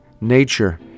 nature